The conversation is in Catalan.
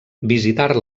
visitar